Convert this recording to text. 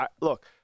look